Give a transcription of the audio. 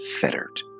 fettered